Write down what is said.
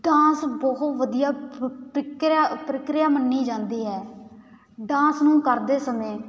dance ਬਹੁਤ ਵਧੀਆ ਪ ਪਕਿਰਿਆ ਪ੍ਰਕਿਰਿਆ ਮੰਨੀ ਜਾਂਦੀ ਹੈ ਡਾਂਸ ਨੂੰ ਕਰਦੇ ਸਮੇਂ